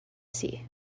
see